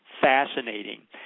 fascinating